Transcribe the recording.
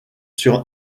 sur